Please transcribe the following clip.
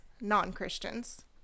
non-christians